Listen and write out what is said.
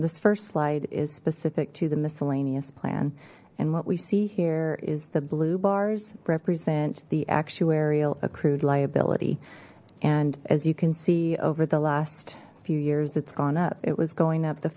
this first slide is specific to the miscellaneous plan and what we see here is the blue bars represent the actuarial accrued liability and as you can see over the last few years it's gone up it was going up the